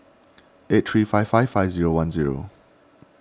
eight three five five five zero one zero